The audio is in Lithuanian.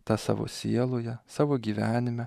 tas savo sieloje savo gyvenime